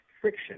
friction